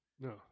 No